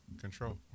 Control